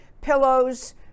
Pillows